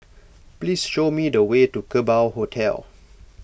please show me the way to Kerbau Hotel